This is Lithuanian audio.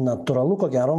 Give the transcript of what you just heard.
natūralu ko gero